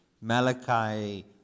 malachi